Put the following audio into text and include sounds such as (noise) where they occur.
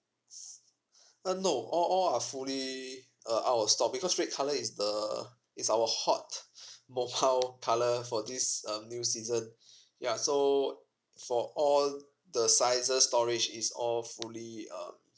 uh no all all are fully uh out of stock because red colour is the is our hot (laughs) mobile colour for this um new season ya so for all the sizes storage is all fully um